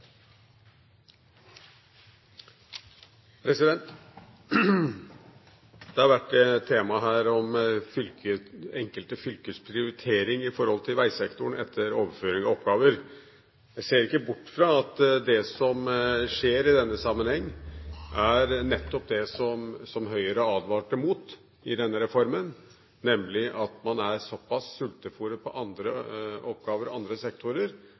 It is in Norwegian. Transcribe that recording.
Det har vært et tema her om enkelte fylkers prioritering i forhold til veisektoren etter overføring av oppgaver. Jeg ser ikke bort fra at det som skjer i denne sammenheng, nettopp er det som Høyre advarte mot i denne reformen, nemlig at man er såpass sultefôret på andre oppgaver og i andre sektorer